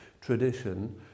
tradition